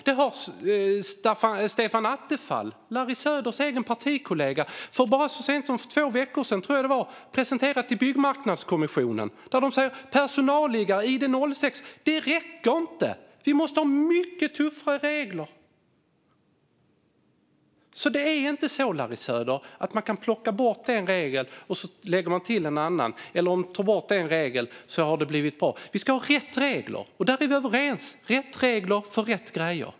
Detta har Stefan Attefall, Larry Söders egen partikollega, så sent som för två veckor sedan, tror jag det var, presenterat i byggmarknadskommissionen. De säger: Personalliggare, ID06, räcker inte - vi måste ha mycket tuffare regler. Det är alltså inte så, Larry Söder, att man kan plocka bort en regel och lägga till en annan eller ta bort en regel för att det ska bli bra. Vi ska ha rätt regler för rätt grejer; där är vi överens.